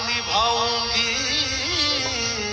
cryptocurrency यंदा खूप चर्चेत होती